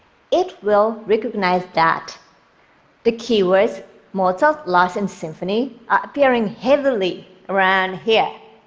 it will recognize that the keywords mozart, last and symphony are appearing heavily around here.